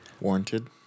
warranted